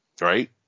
Right